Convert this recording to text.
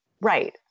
Right